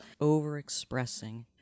overexpressing